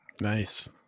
Nice